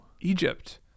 Egypt